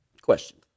question